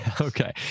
Okay